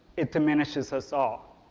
it diminishes us all.